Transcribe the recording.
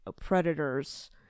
predators